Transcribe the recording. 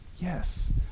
Yes